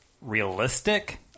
realistic